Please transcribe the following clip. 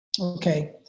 Okay